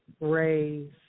raise